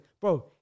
bro